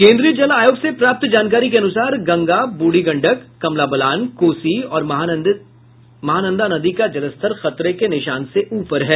केन्द्रीय जल आयोग से प्राप्त जानकारी के अनुसार गंगा ब्रूढ़ी गंडक कमला बलान कोसी और महानंदा नदी का जलस्तर खतरे के निशान से ऊपर है